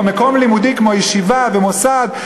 או למקום לימודים כמו ישיבה ומוסד,